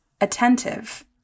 attentive